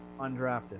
undrafted